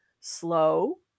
slow